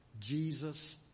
Jesus